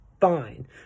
fine